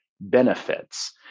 benefits